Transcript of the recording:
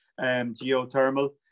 geothermal